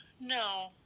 no